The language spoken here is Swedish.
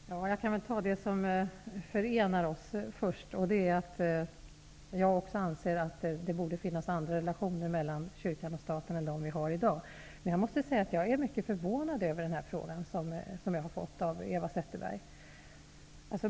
Herr talman! Jag vill först ta upp det som förenar oss. Även jag anser att det borde vara andra relationer mellan kyrka och stat än dem som vi har i dag. Jag är emellertid förvånad över den fråga som jag har fått från Eva Zetterberg.